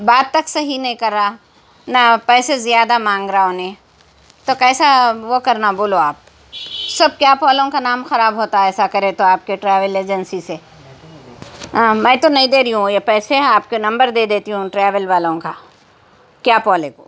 بات تک صحیح نہیں کر رہا نہ پیسے زیادہ مانگ رہا اس نے تو کیسا وہ کرنا بولو آپ سب کیب والوں کا نام خراب ہوتا ہے ایسا کرے تو آپ کے ٹریول ایجنسی سے میں تو نہیں دے رہی ہوں یہ پیسے آپ کے نمبر دے دیتی ہوں ٹریول والوں کا کیب والے کو